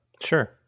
Sure